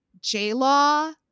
J-Law